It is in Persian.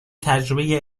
تجربه